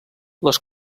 les